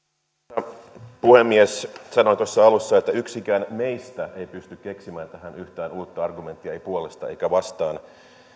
arvoisa puhemies sanoin tuossa alussa että yksikään meistä ei pysty keksimään tähän yhtään uutta argumenttia ei puolesta eikä vastaan